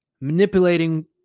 manipulating